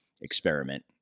experiment